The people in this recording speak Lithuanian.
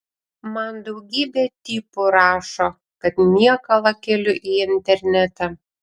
man daugybė tipų rašo kad niekalą keliu į internetą